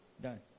Done